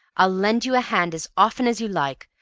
i'll lend you a hand as often as you like!